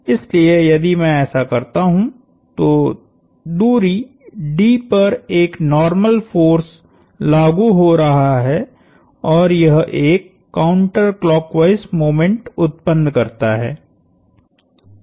इसलिए यदि मैं ऐसा करता हूं तो दूरी d पर एक नार्मल फोर्स लागु हो रहा है और यह एक काउंटर क्लॉकवाइस मोमेंट उत्पन्न करता है